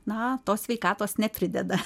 na tos sveikatos neprideda